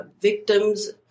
victims